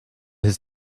his